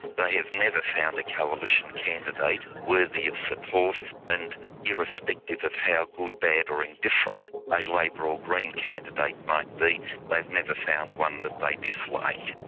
they have never found a coalition candidate worthy of support and irrespective of how good, bad or indifferent a labor or green candidate might be they've never found one that they dislike.